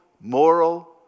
moral